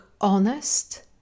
honest